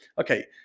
okay